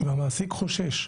והמעסיק חושש.